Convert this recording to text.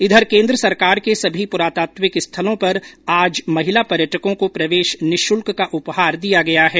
इधर केन्द्र सरकार के सभी पुरातात्विक स्थलों पर आज महिला पर्यटकों को प्रवेश निःशुल्क का उपहार दिया गया है